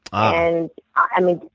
i i mean,